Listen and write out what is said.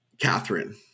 Catherine